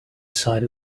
side